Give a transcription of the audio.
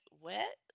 wet